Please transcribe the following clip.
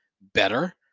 better